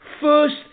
first